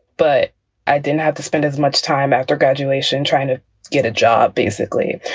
but i didn't have to spend as much time after graduation trying to get a job, basically.